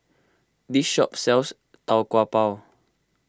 this shop sells Tau Kwa Pau